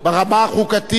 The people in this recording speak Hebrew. הן נכונות,